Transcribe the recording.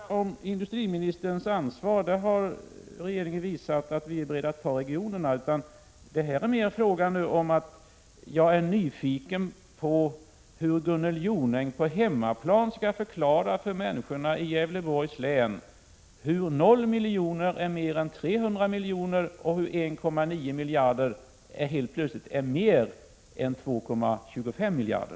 Fru talman! Det är inte fråga om industriministerns ansvar — regeringen har visat att vi är beredda att ta ansvar i regionerna. Här är det mer fråga om att jag är nyfiken på hur Gunnel Jonäng på hemmaplan skall förklara för människorna i Gävleborgs län hur 0 miljoner är mer än 300 miljoner och 1,9 miljarder är mer än 2,025 miljarder.